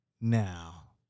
now